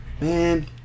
man